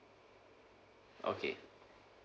okay